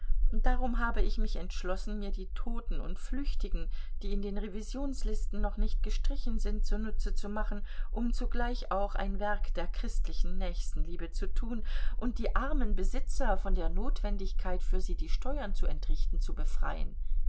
darum habe ich mich entschlossen mir die toten und flüchtigen die in den revisionslisten noch nicht gestrichen sind zunutze zu machen um zugleich auch ein werk der christlichen nächstenliebe zu tun und die armen besitzer von der notwendigkeit für sie die steuern zu entrichten zu befreien